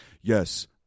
yes